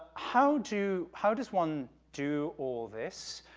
how do, how does one do all this?